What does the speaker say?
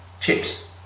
chips